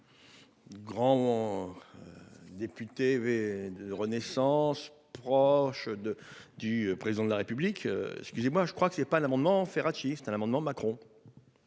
Grand. Député. De renaissance proche de du président de la République. Excusez-moi, je crois que c'est pas l'amendement Ferracci un amendement Macron.